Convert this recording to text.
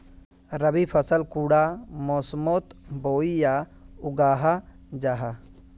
रवि फसल कुंडा मोसमोत बोई या उगाहा जाहा?